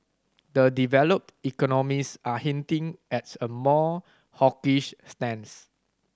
the developed economies are hinting as a more hawkish stance